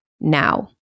now